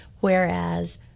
whereas